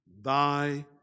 thy